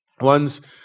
One's